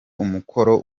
umukoro